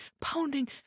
pounding